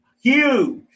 Huge